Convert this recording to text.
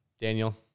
Daniel